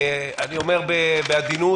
אני אומר בעדינות,